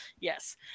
Yes